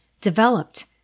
developed